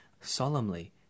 Solemnly